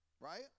Right